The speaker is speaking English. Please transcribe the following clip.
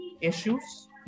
issues